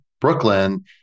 Brooklyn